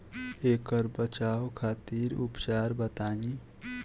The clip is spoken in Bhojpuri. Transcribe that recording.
ऐकर बचाव खातिर उपचार बताई?